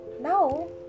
now